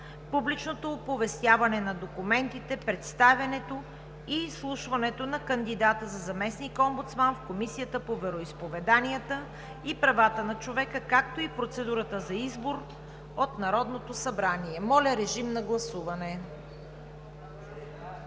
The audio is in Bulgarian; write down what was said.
публичното оповестяване на документите, представянето и изслушването на кандидата за заместник-омбудсман в Комисията по вероизповеданията и правата на човека, както и процедурата за избор от Народното събрание. Моля, режим на гласуване